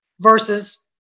versus